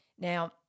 Now